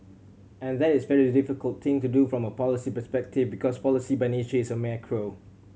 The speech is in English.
and that is a very difficult thing to do from a policy perspective because policy by nature is macro